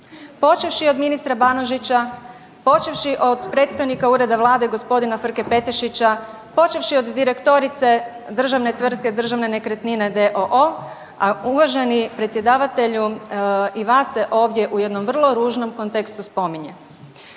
počevši od ministra Banožića, počevši od predstojnika Ureda vlade gospodina Frke Petešića, počevši od direktorice državne tvrtke Državne nekretnine d.o.o., a uvaženi predsjedavatelju i vas se ovdje u jednom vrlo ružnom kontekstu spominje.